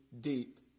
deep